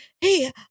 hey